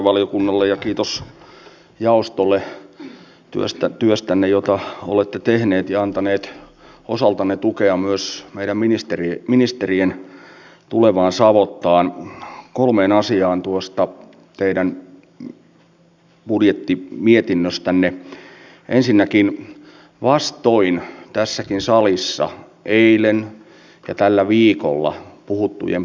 toivonkin kovasti että nämä lausunnot ja selvästi semmoinen yleinen tahtotila mikä meillä tuolla sivistysvaliokunnassakin tämän kannustinjärjestelmän suhteen on luovat toivoa ja sitten ihan tekoja hallituksemme osalta että tällä viikolla puuttuvien